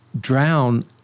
drown